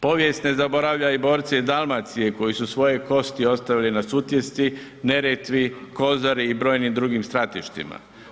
Povijest ne zaboravlja i borce iz Dalmacije koje su svoje kosti ostavili na Sutjesci, Neretvi, Kozari i brojnim drugim stratištima.